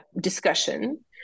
discussion